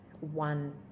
one